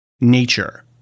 nature